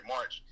March